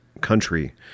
country